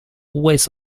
always